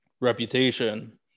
reputation